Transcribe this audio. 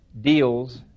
deals